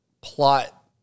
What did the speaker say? plot